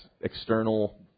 external